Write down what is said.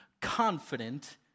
confident